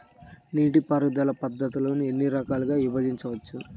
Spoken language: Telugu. నీటిపారుదల పద్ధతులను ఎన్ని రకాలుగా విభజించవచ్చు?